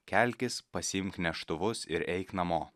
kelkis pasiimk neštuvus ir eik namo